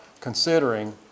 considering